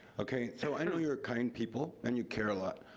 okay? so i know you're kind people and you care a lot,